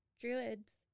Druids